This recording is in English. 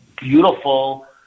beautiful